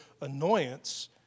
annoyance